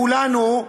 כולנו,